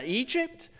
egypt